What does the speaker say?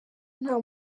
nta